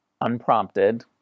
unprompted